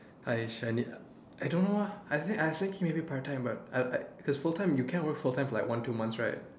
I I need I don't know ah I need I was thinking maybe part time but I I cause full time you can't work full time for like one two months right